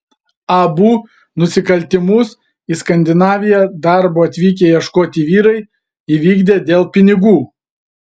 abu nusikaltimus į skandinaviją darbo atvykę ieškoti vyrai įvykdė dėl pinigų